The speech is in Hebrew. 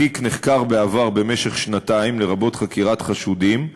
התיק נחקר בעבר במשך שנתיים, לרבות חקירת חשודים,